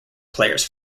players